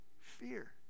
Fear